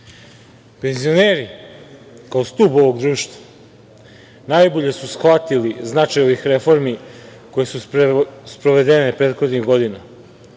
penzioneri kao stub ovog društva, najbolje su shvatili značaj ovih reformi koje su sprovedene prethodnih godina.